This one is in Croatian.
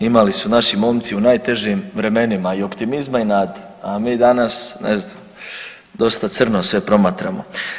Imali su naši momci u najtežim vremenima i optimizma i nade, a mi danas ne znam, dosta crno sve promatramo.